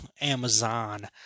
Amazon